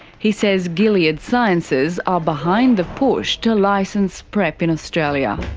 he says gilead sciences are behind the push to license prep in australia.